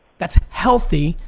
that's healthy.